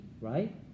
right